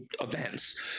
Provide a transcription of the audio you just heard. events